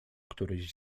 któryś